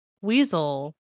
weasel